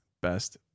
best